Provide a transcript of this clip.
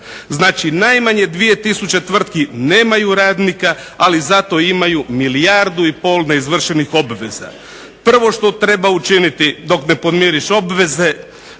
Znači najmanje 2000 tvrtki nemaju radnika, ali zato imaju milijardu i pol neizvršenih obveza. Prvo što treba učiniti dok ne podmiriš obveze,